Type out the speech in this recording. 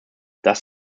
das